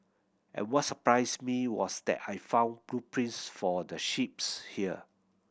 and what surprised me was that I found blueprints for the ships here